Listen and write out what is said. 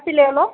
apple எவ்வளோ